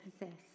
possess